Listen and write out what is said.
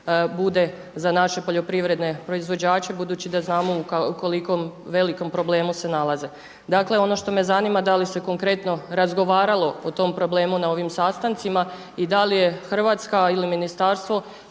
bude za naše poljoprivredne proizvođače, budući da znamo u koliko velikom problemu se nalaze. Dakle ono što me zanima, da li se konkretno razgovaralo o tom problemu na ovim sastancima i da li je Hrvatska ili ministarstvo